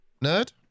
Nerd